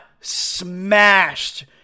smashed